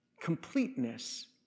completeness